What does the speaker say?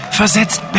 versetzt